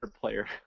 player